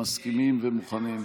מסכימים ומוכנים.